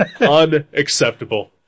unacceptable